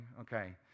Okay